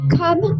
come